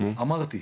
אמרתי,